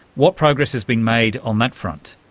what progress has been made on that front?